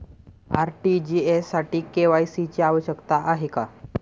RTGS साठी KYC ची आवश्यकता आहे का?